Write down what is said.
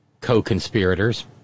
co-conspirators